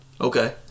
Okay